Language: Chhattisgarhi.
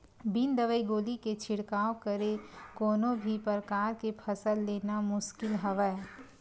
बिन दवई गोली के छिड़काव करे कोनो भी परकार के फसल लेना मुसकिल हवय